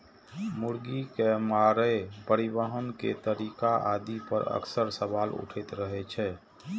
मुर्गी के मारै, परिवहन के तरीका आदि पर अक्सर सवाल उठैत रहै छै